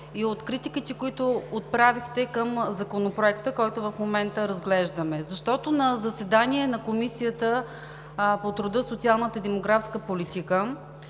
и от критиките, които отправихте към Законопроекта, който в момента разглеждаме, защото на заседание на Комисията по труда, социалната и демографска политика